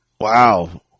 Wow